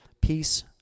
peace